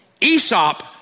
Aesop